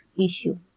issue